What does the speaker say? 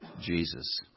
Jesus